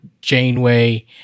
Janeway